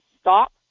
stop